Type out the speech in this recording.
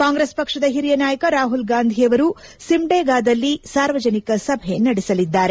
ಕಾಂಗ್ರೆಸ್ ಪಕ್ಷದ ಹಿರಿಯ ನಾಯಕ ರಾಹುಲ್ ಗಾಂಧಿಯವರು ಸಿಮ್ಡೆಗಾದಲ್ಲಿ ಸಾರ್ವಜನಿಕ ಸಭೆ ನಡೆಸಲಿದ್ದಾರೆ